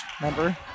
Remember